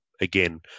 Again